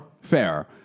fair